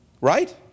right